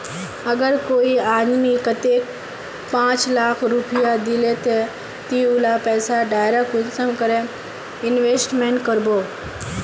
अगर कोई आदमी कतेक पाँच लाख रुपया दिले ते ती उला पैसा डायरक कुंसम करे इन्वेस्टमेंट करबो?